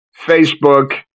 Facebook